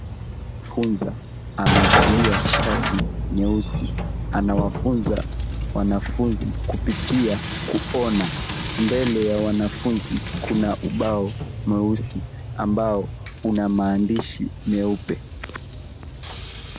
Funza amevalia shati nyeusi. Anawafunza wanafunzi kupitia kuona. Mbele ya wanafunzi kuna ubao mweusi ambao una maandishi meupe.